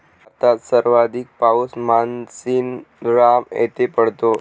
भारतात सर्वाधिक पाऊस मानसीनराम येथे पडतो